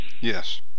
yes